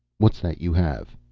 what's that you have?